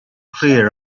clear